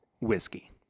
whiskey